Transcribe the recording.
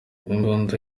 imbunda